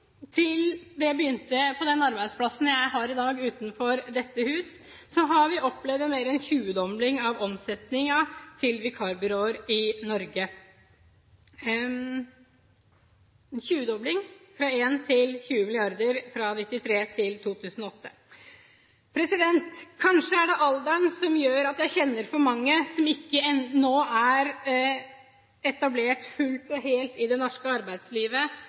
da jeg begynte på den arbeidsplassen jeg har i dag utenfor dette hus, har vi opplevd mer enn en tjuedobling av omsetningen til vikarbyråer i Norge – fra 1 til 20 mrd. kr fra 1993 til 2008. Kanskje er det alderen som gjør at jeg kjenner for mange som ikke er etablert fullt og helt i det norske arbeidslivet